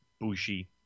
Bushi